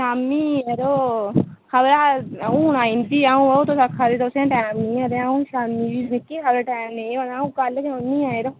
शामीं जरो खबरै हून आई जंदी अ'ऊं बा तुस आक्खा दे तुसें ई टैम निं ऐ ते अ'ऊं शामीं भी मिकी खबरै टैम निं होना अ'ऊं कल्ल गै औन्नी आं जरो